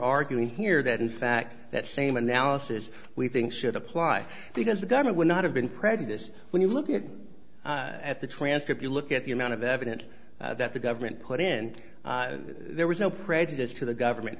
arguing here that in fact that same analysis we think should apply because the government would not have been prejudice when you look at at the transcript you look at the one of evidence that the government put in there was no prejudice to the government